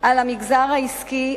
על המגזר העסקי,